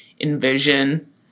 envision